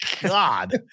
God